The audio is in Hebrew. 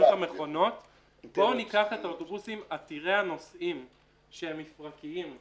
בואו ניקח את האוטובוסים עתירי הנוסעים שהם מפרטיים,